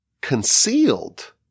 concealed